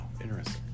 Interesting